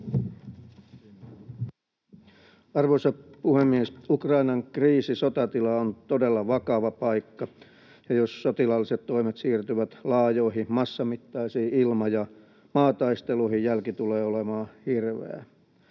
Arvoisa puhemies! Ukrainan kriisi, sotatila, on todella vakava paikka, ja jos sotilaalliset toimet siirtyvät laajoihin massamittaisiin ilma- ja maataisteluihin, jälki tulee olemaan hirveää.